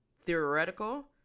theoretical